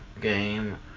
game